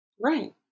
Right